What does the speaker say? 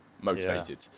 motivated